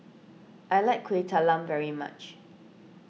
I like Kueh Talam very much